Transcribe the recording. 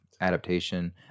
adaptation